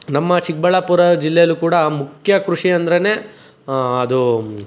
ನಮ್ಮ ಚಿಕ್ಕಬಳ್ಳಾಪುರ ಜಿಲ್ಲೆಯಲ್ಲು ಕೂಡ ಮುಖ್ಯ ಕೃಷಿ ಅಂದ್ರೇ ಅದು